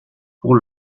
pour